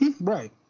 Right